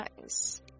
Nice